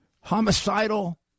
homicidal